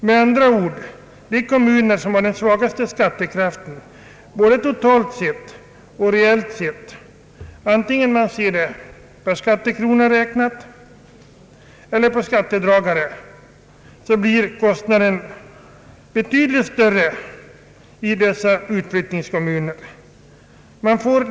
Med andra ord: i de kommuner som har den svagaste skattekraften både totalt och reellt sett, antingen man räknar per skattekrona eller per skattedragare, blir kostnaden för det kommunala bostadstillägget betydligt större än i andra.